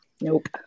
nope